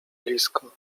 blisko